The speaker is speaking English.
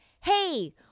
hey